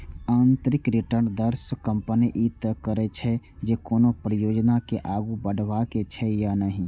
आंतरिक रिटर्न दर सं कंपनी ई तय करै छै, जे कोनो परियोजना के आगू बढ़ेबाक छै या नहि